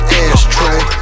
ashtray